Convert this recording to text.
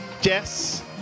Jess